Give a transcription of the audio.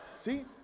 See